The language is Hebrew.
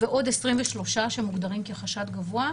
ועוד 23 שמוגדרים כחשד גבוה.